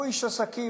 הוא איש עסקים,